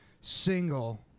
single